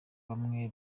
bamwe